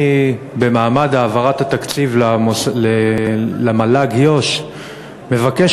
במעמד העברת התקציב למל"ג יו"ש אני מבקש